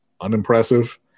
unimpressive